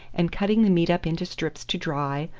and cutting the meat up into strips to dry,